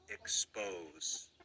expose